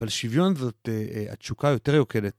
אבל שוויון זאת אה אה... התשוקה יותר יוקדת.